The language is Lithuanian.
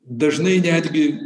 dažnai netgi